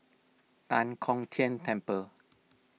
Tan Kong Tian Temple